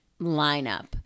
lineup